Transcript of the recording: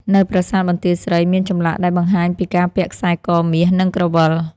នៅប្រាសាទបន្ទាយស្រីមានចម្លាក់ដែលបង្ហាញពីការពាក់ខ្សែកមាស និងក្រវិល។